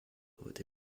rode